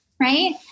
right